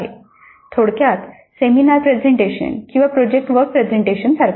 थोडक्यात seminar presentation किंवा project work presentation सारखा